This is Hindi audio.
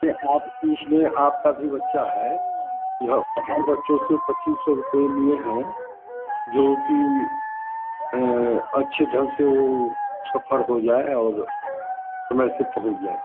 में आप इसमें आपका भी बच्चा है औ हर बच्चों से पच्चीस सौ रुपये लिए हैं जोकि अच्छे ढंग से वो सफर हो जाए और समय से पहुँच जाएँ